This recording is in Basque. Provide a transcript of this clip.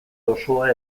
osoa